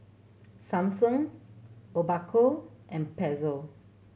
Samsung Obaku and Pezzo